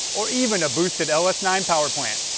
or even a boosted l s nine power plant.